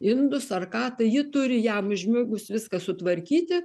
indus ar ką tai ji turi jam užmigus viską sutvarkyti